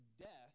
death